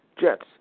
Jets